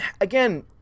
Again